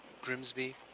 Grimsby